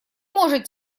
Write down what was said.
может